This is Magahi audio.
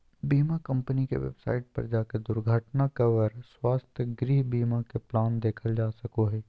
बीमा कम्पनी के वेबसाइट पर जाके दुर्घटना कवर, स्वास्थ्य, गृह बीमा के प्लान देखल जा सको हय